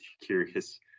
curious